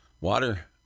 water